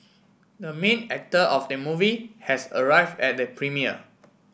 the main actor of the movie has arrive at the premiere